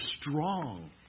strong